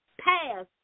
pass